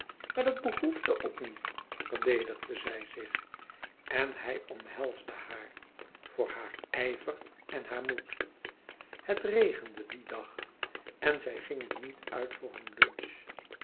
maar dat behoefde ook niet verdedigde zij zich en hij omhelsde haar voor haar ijver en haar moed het regende dien dag en zij gingen niet uit voor hun lunch